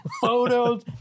photos